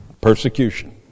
Persecution